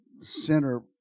center